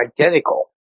identical